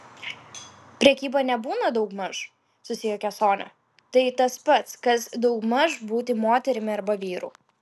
prekyba nebūna daugmaž susijuokė sonia tai tas pats kas daugmaž būti moterimi arba vyru